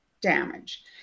damage